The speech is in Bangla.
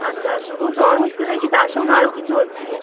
আচ্ছা শুধু জ্বর হচ্ছে না কি তার সঙ্গে আরও কিছু হচ্ছে